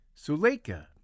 Suleika